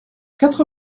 quatre